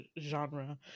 genre